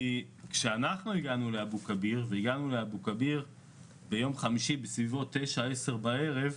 כשאנחנו הגענו לאבו-כביר ביום חמישי בסביבות 22:00,